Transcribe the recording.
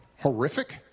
horrific